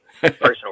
personal